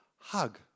hug